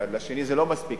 לשני זה לא מספיק,